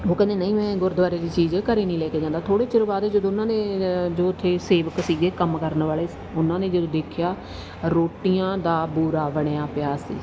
ਉਹ ਕਹਿੰਦੇ ਨਹੀਂ ਮੈਂ ਗੁਰਦੁਆਰੇ ਦੀ ਚੀਜ਼ ਘਰ ਨਹੀਂ ਲੈ ਕੇ ਜਾਂਦਾ ਥੋੜ੍ਹੇ ਚਿਰ ਬਾਅਦ ਜਦੋਂ ਉਹਨਾਂ ਨੇ ਜੋ ਉਥੇ ਸੇਵਕ ਸੀਗੇ ਕੰਮ ਕਰਨ ਵਾਲੇ ਉਹਨਾਂ ਨੇ ਜਦੋਂ ਦੇਖਿਆ ਰੋਟੀਆਂ ਦਾ ਬੂਰਾ ਬਣਿਆ ਪਿਆ ਸੀ